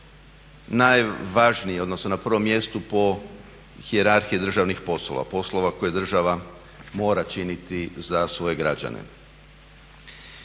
najvažnije odnosno na prvom mjestu po hijerarhiji državnih poslova, poslova koje država mora činiti za svoje građane.